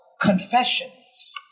confessions